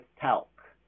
talc